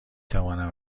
توانم